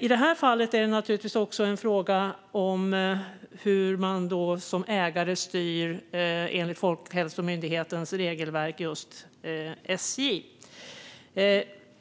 I det här fallet är det en fråga om hur just man som ägare styr SJ enligt Folkhälsomyndighetens regelverk.